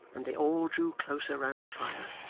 and they all drew closer round the fire,